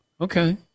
Okay